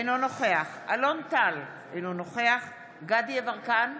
אינו נוכח אלון טל, אינו נוכח דסטה גדי יברקן,